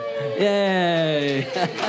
Yay